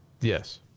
Yes